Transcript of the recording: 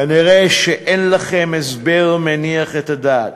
כנראה אין לכם הסבר מניח את הדעת.